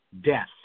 Death